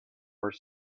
where